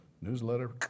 newsletter